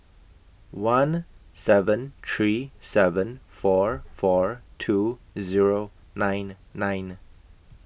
one seven three seven four four two Zero nine nine